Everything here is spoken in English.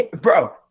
Bro